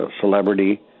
celebrity